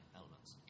elements